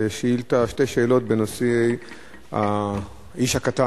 שתי שאלות בנושא האיש הקטן.